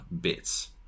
bits